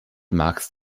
magst